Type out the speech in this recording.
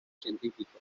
científicos